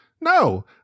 No